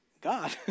God